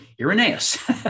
Irenaeus